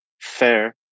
fair